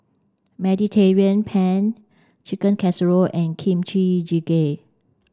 Mediterranean Penne Chicken Casserole and Kimchi Jjigae